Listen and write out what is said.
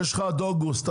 יש לך עד אוגוסט,